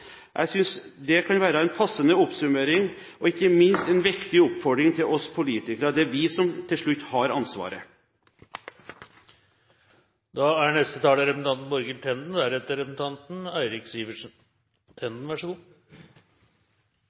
Jeg synes det kan være en passende oppsummering, og ikke minst en viktig oppfordring til oss politikere. Det er vi som til slutt har ansvaret. Jeg vil takke representanten